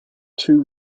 two